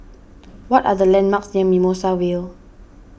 what are the landmarks near Mimosa Vale